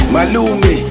Malumi